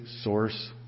source